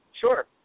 sure